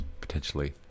potentially